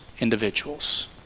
individuals